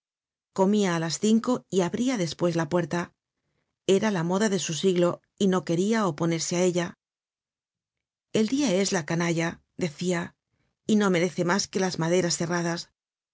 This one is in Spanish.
comia á las cinco y abria despues la puerta era la moda de su siglo y no queria oponerse á ella el dia es la canalla decia y no merece mas que las maderas cerradas